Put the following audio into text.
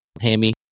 hammy